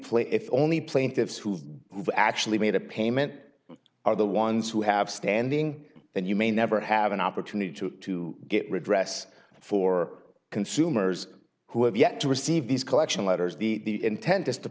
play if only plaintiffs who have actually made a payment are the ones who have standing and you may never have an opportunity to get redress for consumers who have yet to receive these collection letters the intent is to